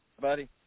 Buddy